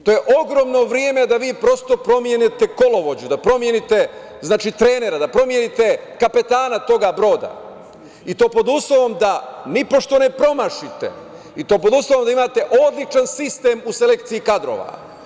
To je ogromno vreme da prosto promenite kolovođu, da promenite trenera, da promenite kapetana tog broda i to pod uslovom da nipošto ne promašite, pod uslovom da imate odličan sistem u selekciji kadrova.